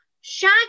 shag